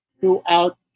throughout